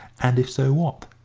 and if so, what.